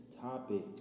topic